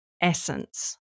essence